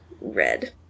red